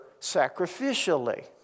sacrificially